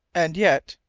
and yet,